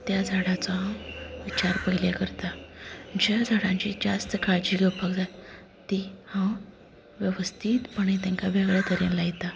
त्या झाडाचो हांव विचार पयलीं करता ज्या झाडांचेर जास्त काळजी घेवपाक जाय ती हांव वेवस्थीतपणे तेंका वेगळे कडेन लायता